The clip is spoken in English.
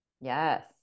Yes